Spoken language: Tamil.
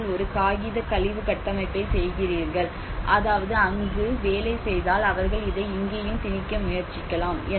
நீங்கள் ஒரு காகித கழிவு கட்டமைப்பைச் செய்கிறீர்கள் அதாவது அது அங்கு வேலை செய்தால் அவர்கள் இதை இங்கேயும் திணிக்க முயற்சிக்கலாம்